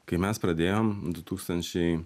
kai mes pradėjom du tūkstančiai